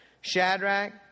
Shadrach